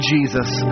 Jesus